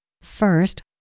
First